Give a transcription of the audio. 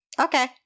Okay